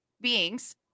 beings